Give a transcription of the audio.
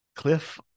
Cliff